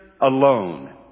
alone